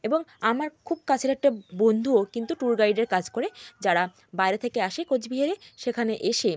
এবং আমার খুব কাছের একটা বন্ধুও কিন্তু টুর গাইডের কাজ করে যারা বাইরে থেকে আসে কোচবিহারে সেখানে এসে